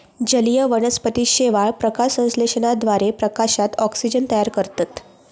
जलीय वनस्पती शेवाळ, प्रकाशसंश्लेषणाद्वारे प्रकाशात ऑक्सिजन तयार करतत